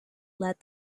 led